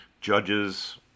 judges